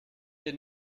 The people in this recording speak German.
wir